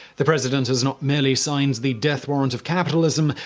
the president has not merely signed the death warrant of capitalism,